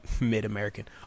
mid-American